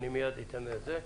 אני מייד אתן לזה.